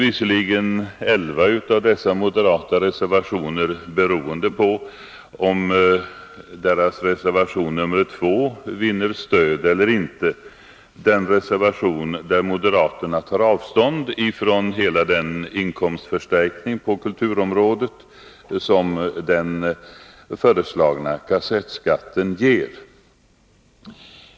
Visserligen är 11 av dessa moderatreservationer beroende av om deras reservation nr 2 vinner stöd eller inte— den reservation där moderaterna tar avstånd från hela den inkomstförstärkning på kulturområdet som den föreslagna kassettskatten ger.